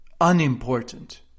unimportant